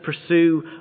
pursue